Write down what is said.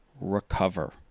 recover